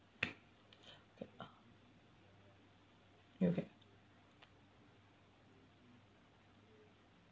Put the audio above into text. you okay